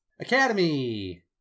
Academy